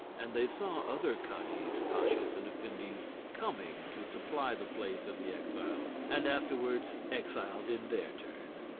and they saw other cadis, pashas, and effendis coming to supply the place of the exiles, and afterwards exiled in their turn.